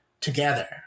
together